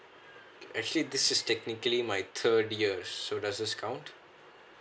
actually this is technically my third year so does this count